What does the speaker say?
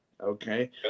Okay